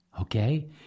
Okay